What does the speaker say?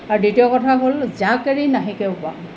আৰু দ্বিতীয় কথা হ'ল জাকেৰি নাহেকেও পাওঁ